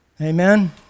Amen